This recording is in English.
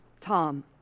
Tom